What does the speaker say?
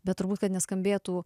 bet turbūt kad neskambėtų